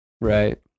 Right